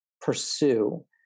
pursue